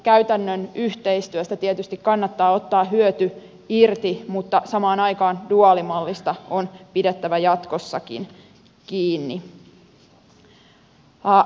käytännön yhteistyöstä tietysti kannattaa ottaa hyöty irti mutta samaan aikaan duaalimallista on pidettävä jatkossakin kiinni